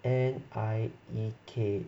N I E K